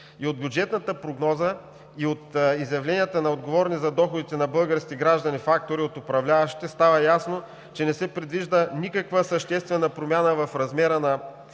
И от бюджетната прогноза, и от изявленията на отговорни за доходите на българските граждани фактори от управляващите става ясно, че не се предвижда никаква съществена промяна в размера на пенсиите